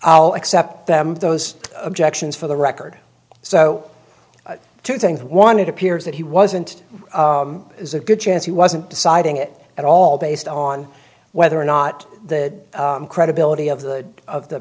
class except them those objections for the record so two things one it appears that he wasn't is a good chance he wasn't deciding it at all based on whether or not the credibility of the of the